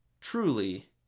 truly